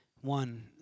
One